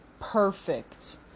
perfect